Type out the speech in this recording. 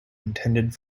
intended